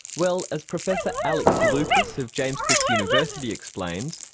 well as professor alex loukas of james cook university explains,